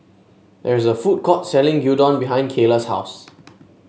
there is a food court selling Gyudon behind Cayla's house